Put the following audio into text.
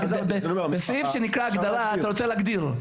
בסעיף שנקרא הגדרה אתה רוצה להגדיר.